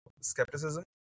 skepticism